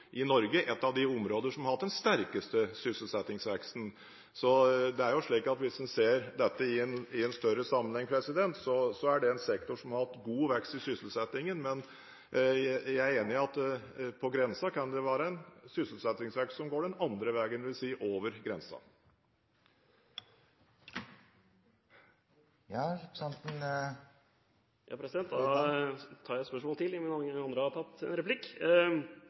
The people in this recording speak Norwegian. i Norge, ett av de områdene som har hatt den sterkeste sysselsettingsveksten. Så hvis en ser dette i en større sammenheng, er det en sektor som har hatt god vekst i sysselsettingen. Men jeg er enig i at på grensen kan det være en sysselsettingsvekst som går den andre veien, dvs. over grensen. Da tar jeg et spørsmål til i og med at ingen andre har tatt en replikk.